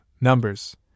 numbers